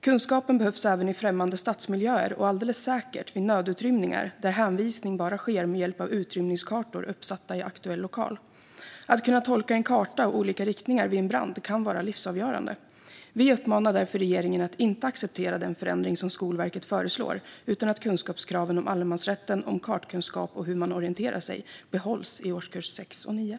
Kunskapen behövs även i främmande stadsmiljöer och alldeles säkert vid nödutrymningar där hänvisning bara sker med hjälp av utrymningskartor uppsatta i aktuell lokal. Att kunna tolka en karta och olika riktningar vid en brand kan vara livsavgörande. Vi uppmanar därför regeringen att inte acceptera den förändring som Skolverket föreslår utan att kunskapskraven om allemansrätten, om kartkunskap och hur man orienterar sig - behålls i åk 6 och åk 9."